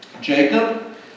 Jacob